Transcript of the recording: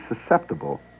susceptible